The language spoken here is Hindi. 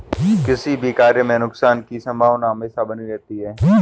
किसी भी कार्य में नुकसान की संभावना हमेशा बनी रहती है